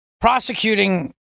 prosecuting